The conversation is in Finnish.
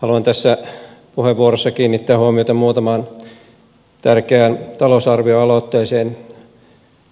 haluan tässä puheenvuorossa kiinnittää huomiota muutamaan tärkeään talousarvioaloitteeseen